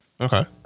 okay